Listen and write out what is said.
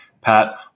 Pat